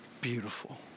Beautiful